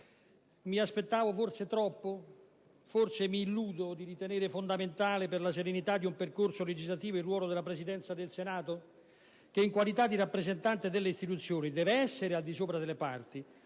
Mi aspettavo forse troppo? Forse mi illudo di ritenere fondamentale per la serenità di un percorso legislativo il ruolo del Presidente del Senato, che, in qualità di rappresentante delle istituzioni, deve essere al di sopra delle parti,